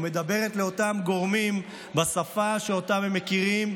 ומדברת לאותם גורמים בשפה שאותה הם מכירים,